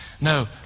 No